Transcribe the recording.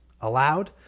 allowed